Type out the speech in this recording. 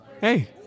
Hey